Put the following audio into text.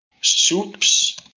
soups